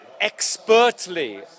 expertly